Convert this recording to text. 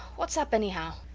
whats up, anyhow?